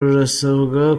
rurasabwa